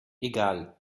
egal